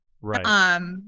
right